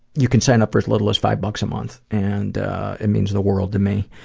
you can sign up for as little as five bucks a month. and it means the world to me.